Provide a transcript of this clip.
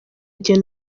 igihe